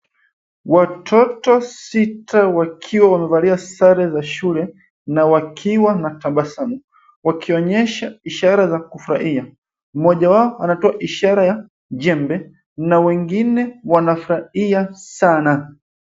Watoto sita wakiwa wamevalia sare za shule na wakiwa na tabasamu, wakionyesha ishara ya kufurahia. Mmoja wao anatoa ishara ya jembe na wengine wanafurahia sana.